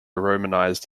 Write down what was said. romanized